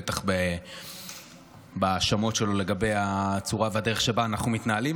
בטח בהאשמות שלו לגבי הצורה והדרך שבהן אנחנו מתנהלים.